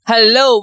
Hello